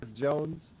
Jones